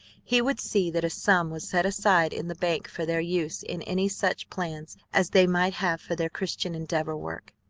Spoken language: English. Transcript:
he would see that a sum was set aside in the bank for their use in any such plans as they might have for their christian endeavor work.